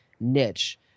niche